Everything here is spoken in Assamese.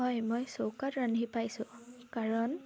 হয় মই চৌকাত ৰান্ধি পাইছোঁ কাৰণ